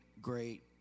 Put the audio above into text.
great